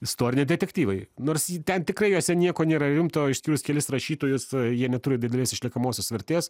istoriniai detektyvai nors ten tikrai juose nieko nėra rimto išskyrus kelis rašytojus jie neturi didelės išliekamosios vertės